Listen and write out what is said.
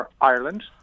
Ireland